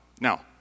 Now